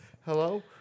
Hello